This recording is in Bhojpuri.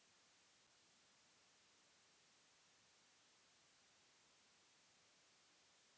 नया खाताधारक के भी के.वाई.सी करना पड़ला